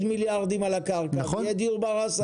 מיליארדים על הקרקע ויהיה דיור בר השגה.